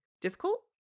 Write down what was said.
difficult